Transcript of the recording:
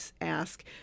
ask